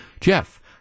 Jeff